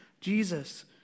Jesus